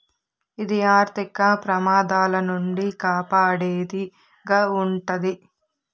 ఇది ఆర్థిక ప్రమాదాల నుండి కాపాడేది గా ఉంటది